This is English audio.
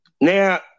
Now